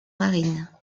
marine